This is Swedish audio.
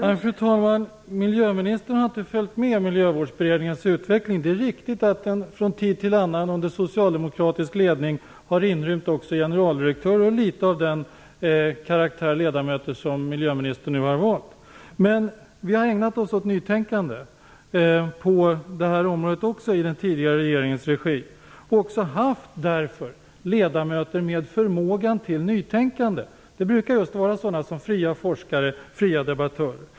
Fru talman! Miljöministern har inte följt med i utvecklingen av Miljövårdsberedningen. Det är riktigt att den från tid till annan under socialdemokratisk ledning har inrymt också generaldirektörer och den karaktär av ledamöter som miljöministern nu har valt. Men vi har i den tidigare regeringens regi ägnat oss åt nytänkande på det området också. Därför har vi haft med ledamöter som har haft en förmåga till nytänkande. Det brukar vara sådana som fria forskare och debattörer.